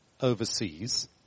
overseas